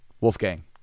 Wolfgang